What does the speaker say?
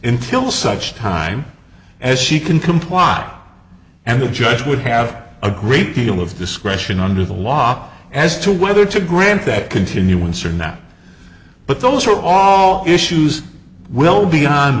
in till such time as she can comply and the judge would have a great deal of discretion under the law as to whether to grant that continuance or not but those are all issues will be on